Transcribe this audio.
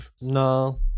No